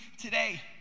today